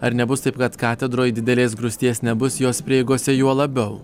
ar nebus taip kad katedroj didelės grūsties nebus jos prieigose juo labiau